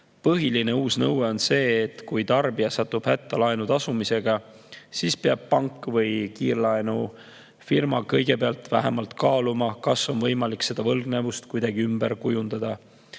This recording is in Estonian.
Põhiline uus nõue on see, et kui tarbija satub hätta laenu tasumisega, siis peab pank või kiirlaenufirma kõigepealt vähemalt kaaluma, kas on võimalik võlgnevust kuidagi ümber kujundada,